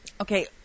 Okay